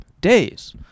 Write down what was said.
days